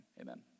amen